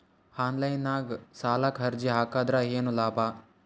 Online ನಾಗ್ ಸಾಲಕ್ ಅರ್ಜಿ ಹಾಕದ್ರ ಏನು ಲಾಭ?